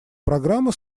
программа